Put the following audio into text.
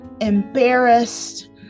embarrassed